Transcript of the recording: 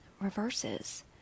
reverses